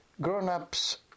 grown-ups